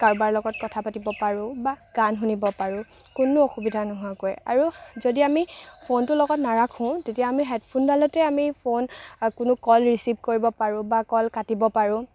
কাৰোবাৰ লগত কথা পাতিব পাৰোঁ বা গান শুনিব পাৰোঁ কোনো অসুবিধা নোহোৱাকৈ আৰু যদি আমি ফোনটো লগত নাৰাখোঁ তেতিয়া আমি হেডফোনডালতে আমি ফোন কোনো ক'ল ৰিচিভ কৰিব পাৰোঁ বা ক'ল কাটিব পাৰোঁ